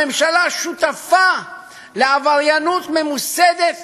הממשלה שותפה לעבריינות ממוסדת